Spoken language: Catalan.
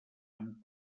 amb